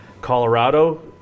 Colorado